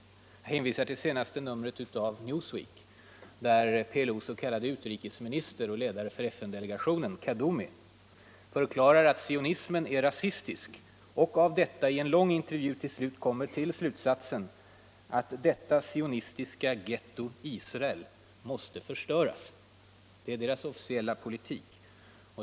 Jag hänvisar bl.a. till det senaste numret av Newsweek, där PLO:s s.k. utrikesminister och ledare för FN-delegationen Kaddoumi förklarar att sionismen är rasistisk. I en lång intervju kommer han till slutsatsen att ”detta sionistiska getto Israel måste förstöras”. Det är PLO:s officiella politik.